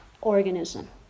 organism